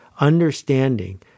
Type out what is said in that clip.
understanding